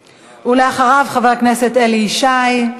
אחריו, חבר הכנסת אלי ישי.